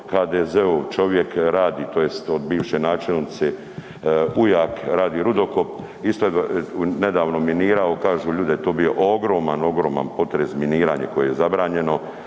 HDZ-ov čovjek radi tj. od bivše načelnice ujak radi rudokop, isto nedavno minirao, kažu ljudi da je to bio ogroman, ogroman potres, miniranje koje je zabranjeno,